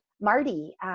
Marty